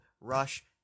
rush